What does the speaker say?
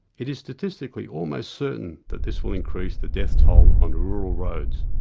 it is statistically almost certain that this will increase the death toll on rural roads.